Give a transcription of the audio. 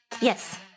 Yes